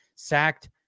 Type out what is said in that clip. Sacked